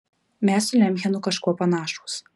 mes su lemchenu kažkuo panašūs